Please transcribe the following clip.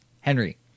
Henry